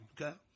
Okay